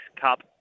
Cup